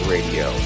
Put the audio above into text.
Radio